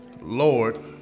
Lord